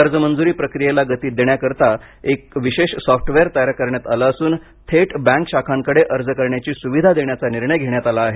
कर्ज मंजुरी प्रकियेला गती देण्याकरता एक विशेष सॉफ्टवेअर तयार करण्यात आलं असून थेट बँक शाखांकडे अर्ज करण्याची सुविधा देण्याचा निर्णय घेण्यात आला आहे